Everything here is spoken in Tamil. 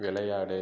விளையாடு